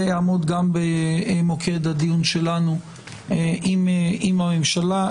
זה יעמוד גם במוקד הדיון שלנו עם הממשלה.